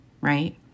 right